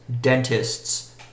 dentists